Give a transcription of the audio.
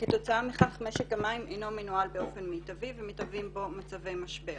כתוצאה מכך משק המים אינו מנוהל באופן מיטבי ומתהווים בו מצבי משבר.